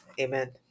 Amen